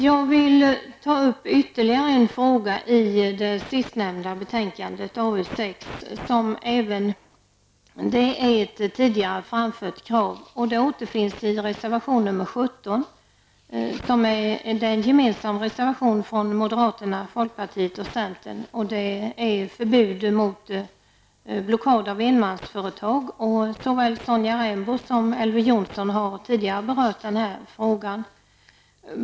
Jag vill ta upp ytterligare en fråga som behandlas i betänkandet nr 6, som även den gäller ett tidigare framfört krav. Det kravet återfinns i reservation nr 17, som är gemensam för moderaterna, folkpartiet och centern. Det gäller förbud mot blockad av enmansföretag. Både Sonja Rembo och Elver Jonsson har tidigare i debatten berört den frågan.